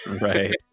right